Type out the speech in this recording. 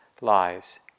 lies